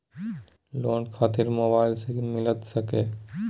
Loan खातिर mobile से मिलता सके?